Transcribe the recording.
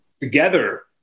Together